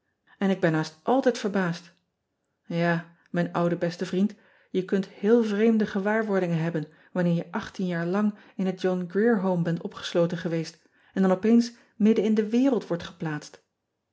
n ik ben haast altijd verbaasd a mijn oude beste vriend je kunt heel vreemde gewaarwordingen hebben wanneer je jaar lang in het ohn rier ome bent opgesloten geweest en dan opeens midden in de wereld wordt geplaatst